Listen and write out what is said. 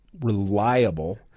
reliable